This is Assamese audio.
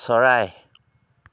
চৰাই